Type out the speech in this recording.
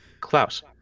klaus